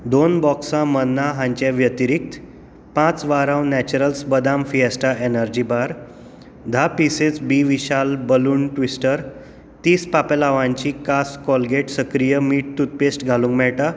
दोन बॉक्सां मन्ना हांचे व्यतिरीक्त पांच वारांव नॅचरल्स बदाम फिएस्टा एनर्जी बार धा पिसेस बी विशाल बलून ट्विस्टर तीस पापलांवाची कास कोलगेट सक्रिय मीठ टूथपेस्ट घालूंक मेळटा